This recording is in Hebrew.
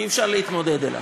כי אי-אפשר להתמודד אתו.